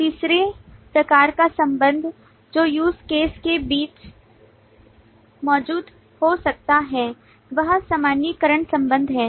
तीसरे प्रकार का संबंध जो use cases के बीच मौजूद हो सकता है वह सामान्यीकरण संबंध है